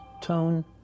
tone